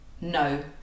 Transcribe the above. no